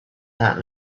that